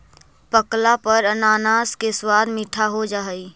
पकला पर अनानास के स्वाद मीठा हो जा हई